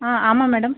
ஆமாம் மேடம்